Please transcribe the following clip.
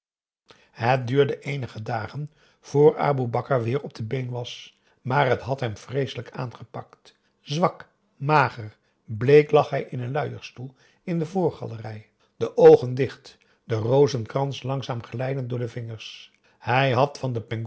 het duurde eenige dagen vr aboe bakar weer op de been was maar het had hem vreeselijk aangepakt zwak mager bleek lag hij in een boe akar eel luierstoel in de voorgalerij de oogen dicht de rozenkrans langzaam glijdend door de vingers hij had van den